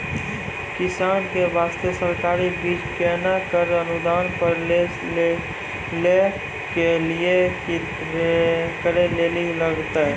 किसान के बास्ते सरकारी बीज केना कऽ अनुदान पर लै के लिए की करै लेली लागतै?